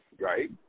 Right